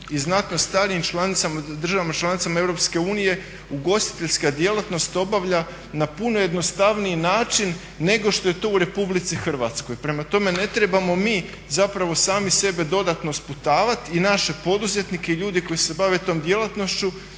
i znatno starijim državama članicama EU ugostiteljska djelatnost obavlja na puno jednostavniji način nego što je to u RH. Prema tome, ne trebamo mi sami sebe dodatno sputavati i naše poduzetnike i ljude koji se bave tom djelatnošću